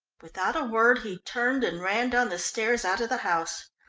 without a word he turned and ran down the stairs out of the house.